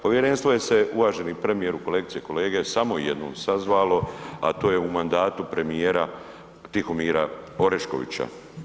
Povjerenstvo je se uvaženi premijeru, kolegice i kolege samo jednom sazvalo, a to je u mandatu premijera Tihomira Oreškovića.